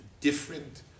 different